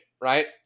right